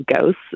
ghosts